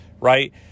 right